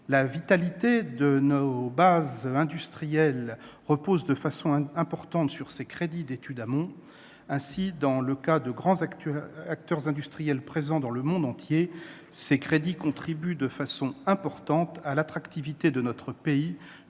et technologique de défense repose de façon importante sur ces crédits d'études amont. Ainsi, dans le cas de grands acteurs industriels présents dans le monde entier, ces crédits contribuent de façon importante à l'attractivité de notre pays